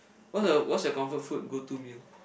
what your what's your comfort food go to meal